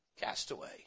castaway